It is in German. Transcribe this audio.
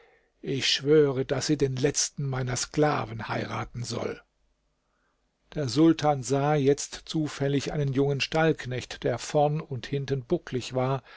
ich schwöre daß sie den letzten meiner sklaven heiraten soll der sultan sah jetzt zufällig einen jungen stallknecht der vorn und hinten bucklig war